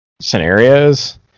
scenarios